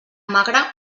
magre